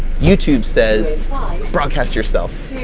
youtube says broadcast yourself.